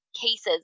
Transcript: cases